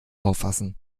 auffassen